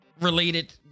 related